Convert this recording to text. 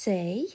Say